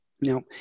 Now